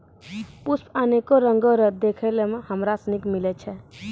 पुष्प अनेक रंगो रो देखै लै हमरा सनी के मिलै छै